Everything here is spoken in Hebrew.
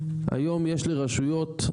היום יש לרשויות,